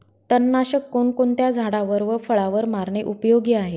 तणनाशक कोणकोणत्या झाडावर व फळावर मारणे उपयोगी आहे?